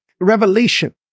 revelation